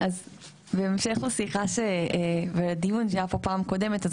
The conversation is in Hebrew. בהמשך לשיחה ולדיון שהיה פה בפעם הקודמת,